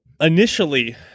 initially